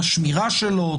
שמירה שלו,